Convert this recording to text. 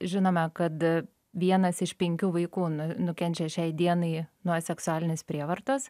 žinome kad vienas iš penkių vaikų nu nukenčia šiai dienai nuo seksualinės prievartos